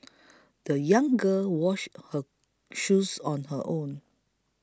the young girl washed her shoes on her own